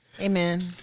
Amen